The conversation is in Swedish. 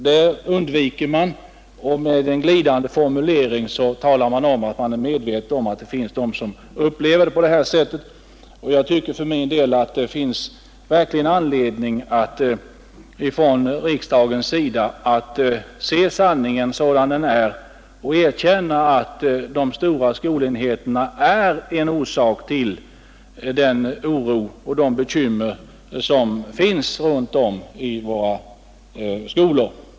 Det undviker man, och med en glidande formulering talar man om att man är medveten om att det finns de som upplever det på detta sätt. Jag tycker att det verkligen finns anledning för riksdagen att se sanningen sådan den är och erkänna att de stora skolenheterna är en orsak till den oro och de bekymmer som finns runt om i våra skolor.